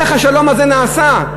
איך השלום הזה נעשה?